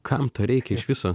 kam to reikia iš viso